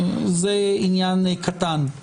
זה עניין קטן.